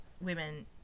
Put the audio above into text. women